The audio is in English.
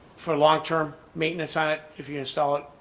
for long-term maintenance on it, if you install it,